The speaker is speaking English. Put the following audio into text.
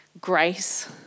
grace